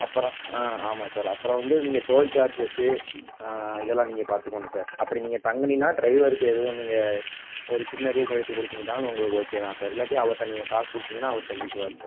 அப்பறம் ஆ ஆமாம் சார் அப்புறம் வந்து நீங்கள் டோல் சார்ஜஸு இதெல்லாம் நீங்கள் பார்த்துக்கணும் சார் அப்படி நீங்கள் தங்குனீன்னா டிரைவருக்கு எதுவும் நீங்கள் ஒரு சின்ன ரூமு எடுத்து கொடுத்தீங்கன்னாலும் உங்களுக்கு ஓகே தான் சார் இல்லாட்டி அவர்ட்ட நீங்கள் காசு கொடுத்தீங்கன்னா அவர் தங்கிக்குவார் சார்